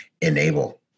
enable